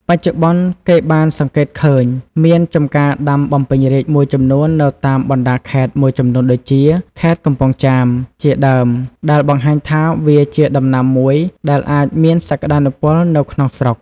បច្ចុប្បន្ន គេបានសង្កេតឃើញមានចំការដាំបំពេញរាជមួយចំនួននៅតាមបណ្តាខេត្តមួយចំនួនដូចជា ខេត្តកំពង់ចាម ជាដើម ដែលបង្ហាញថាវាជាដំណាំមួយដែលអាចមានសក្តានុពលនៅក្នុងស្រុក។